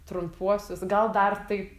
trumpuosius gal dar taip